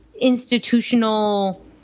institutional